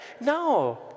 No